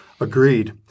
Agreed